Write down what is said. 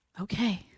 Okay